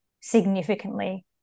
significantly